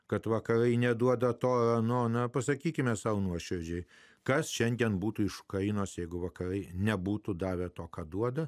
kad vakarai neduoda to ar ano na pasakykime sau nuoširdžiai kas šiandien būtų iš kainos jeigu vakarai nebūtų davę to ką duoda